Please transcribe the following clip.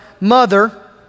mother